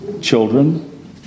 Children